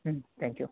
ம் thank you